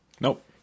Nope